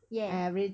ya